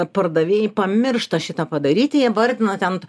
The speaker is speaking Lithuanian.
pardavėjai pamiršta šitą padaryti jie vardina ten